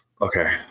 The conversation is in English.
okay